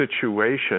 situation